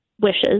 wishes